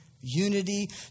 unity